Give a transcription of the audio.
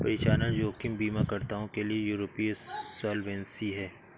परिचालन जोखिम बीमाकर्ताओं के लिए यूरोपीय सॉल्वेंसी है